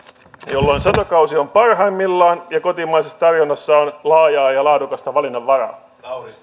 jolloin satokausi on parhaimmillaan ja kotimaisessa tarjonnassa on laajaa ja laadukasta valinnanvaraa